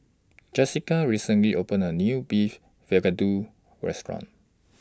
Jesica recently opened A New Beef Vindaloo Restaurant